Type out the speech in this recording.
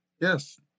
Yes